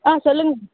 ஆ சொல்லுங்கள் மேம்